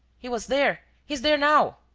he was there. he is there now.